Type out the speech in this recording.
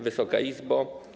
Wysoka Izbo!